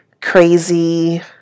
crazy